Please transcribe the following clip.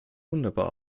wunderbar